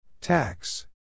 Tax